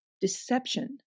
deception